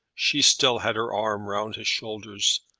she still had her arm round his shoulders,